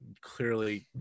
clearly